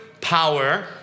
power